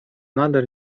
nader